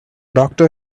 doctor